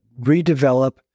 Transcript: redevelop